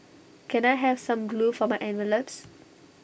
can I have some glue for my envelopes